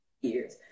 years